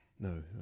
No